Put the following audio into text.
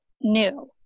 new